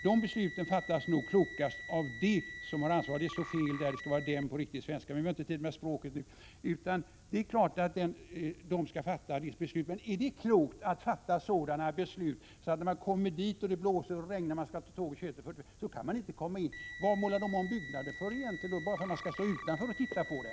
”De besluten fattas nog klokast av de som har ansvaret lokalt.” Det står fel där. Det skall vara dem på riktig svenska, men vi har inte tid med språkriktighet nu. Men är det klokt att fatta sådana beslut att när man kommer till stationen för att ta tåget kl. 21.40 — det blåser och det regnar — kan man inte komma in? Varför målas byggnaden om egentligen, om man endast skall stå utanför och titta på den?